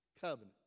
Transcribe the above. covenant